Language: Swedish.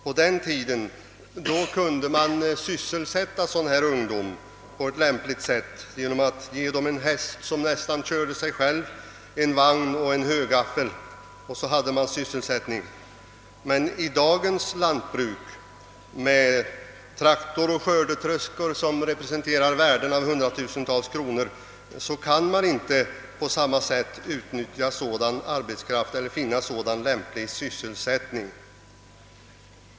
På den tiden kunde man sysselsätta ungdomarna på lämpligt sätt genom att ge dem en häst, som nästan körde sig själv, en vagn och en högaffel, och så hade de sysselsättning. I dagens lantbruk med traktorer och skördetröskor, som representerar värden av hundratusentals kronor, kan man inte på samma sätt utnyttja sådan arbetskraft eller finna sådan lämplig sysselsättning.